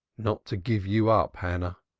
not to give you up, hannah,